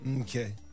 Okay